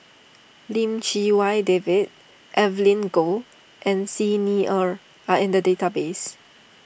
Lim Chee Wai David Evelyn Goh and Xi Ni Er are in the database